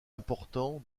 important